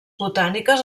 botàniques